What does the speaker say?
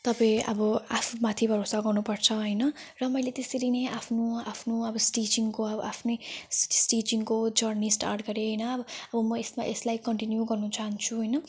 तपाईँ अब आफू माथि भरोसा गर्नु पर्छ होइन र मैले त्यसरी नै आफ्नो आफ्नो अब स्टिचिङको अब आफ्नै स्टि स्टिचिङको जर्नी स्टार्ट गरे होइन अब अब म यसमा यसलाई कन्टिन्यु गर्नु चाहन्छु होइन